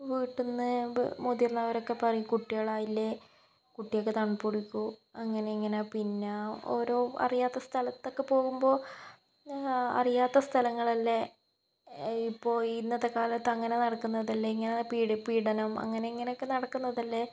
വീട്ടിൽ നിന്ന് മുതിർന്നവരൊക്കെ പറയും കുട്ടികളായില്ലേ കുട്ടിക്കൾക്ക് തണുപ്പ് പിടിക്കും അങ്ങനെ ഇങ്ങനെ പിന്നെ ഓരോ അറിയാത്ത സ്ഥലത്തൊക്കെ പോകുമ്പോൾ അറിയാത്ത സ്ഥലങ്ങളല്ലേ ഇപ്പോൾ ഇന്നത്തെ കാലത്ത് അങ്ങനെ നടക്കുന്നതല്ലേ ഇങ്ങനെ പീഡി പീഡനം അങ്ങനെ ഇങ്ങനെയൊക്കെ നടക്കുന്നതല്ലേ